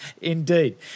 Indeed